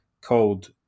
called